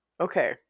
Okay